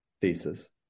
thesis